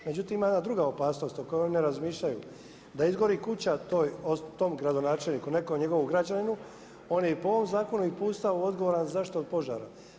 Međutim, ima jedna druga opasnost o kojoj oni ne razmišljaju, da izgori kuća tom gradonačelniku, nekom njegovom građaninu, on i po ovom zakonu i po Ustavu je odgovoran za zaštitu od požara.